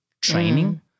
training